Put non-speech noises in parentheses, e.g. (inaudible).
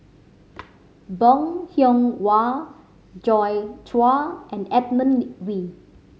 (noise) Bong Hiong Hwa Joi Chua and Edmund Wee